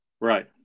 Right